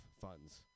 funds